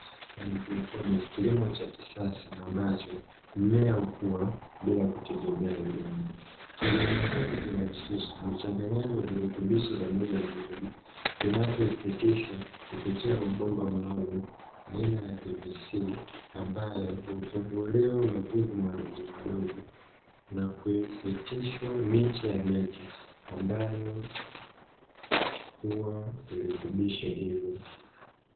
Haidroponi kilimo cha kisasa ambacho mmea hukua bila kutegemea udongo. Kilimo hiki kinahusisha uchanganyaji wa virutubishi pamoja na maji, vinavyopitishwa kupitia mabomba maalumu aina ya PVC ambayo hutobolewa matundu madogo madogo na kupitishwa miche ya miti ambayo huchukua virutubisho hivyo.